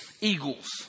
eagles